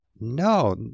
no